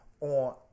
on